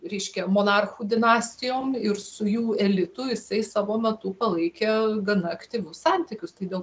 reiškia monarchų dinastijom ir su jų elitu jisai savo metu palaikė gana aktyvius santykius tai dėl